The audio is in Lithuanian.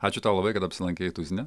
ačiū tau labai kad apsilankei tuzine